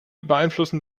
beeinflussen